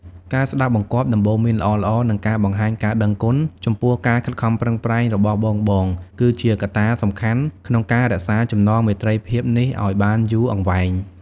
ការស្ដាប់បង្គាប់ ដំបូន្មានល្អៗ និង ការបង្ហាញការដឹងគុណ ចំពោះការខិតខំប្រឹងប្រែងរបស់បងៗ គឺជាកត្តាសំខាន់ក្នុងការរក្សាចំណងមេត្រីភាពនេះឱ្យបានយូរអង្វែង។